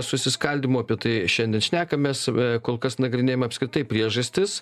susiskaldymo apie tai šiandien šnekamės a kol kas nagrinėjame apskritai priežastis